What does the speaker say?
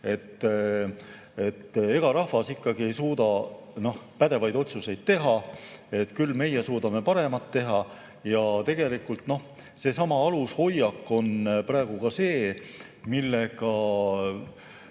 et ega rahvas ei suuda pädevaid otsuseid teha, et küll meie suudame paremaid teha. Seesama alushoiak on praegu ka see, millega